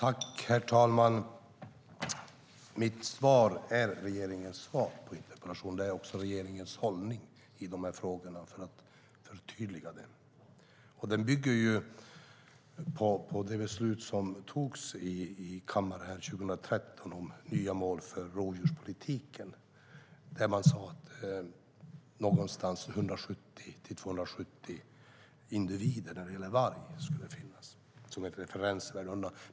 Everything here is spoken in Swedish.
Herr talman! Mitt svar på interpellationen är regeringens svar. Det är också regeringens hållning i dessa frågor. Den bygger på det beslut som togs i kammaren 2013 om nya mål för rovdjurspolitiken, då man sade att det skulle finnas 170-270 individer när det gäller varg som ett referensvärde.